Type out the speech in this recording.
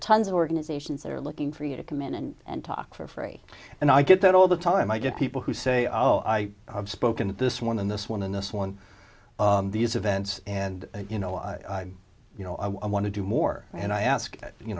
tons of organizations that are looking for you to command and talk for free and i get that all the time i get people who say oh i have spoken to this one and this one and this one of these events and you know i you know i want to do more and i ask you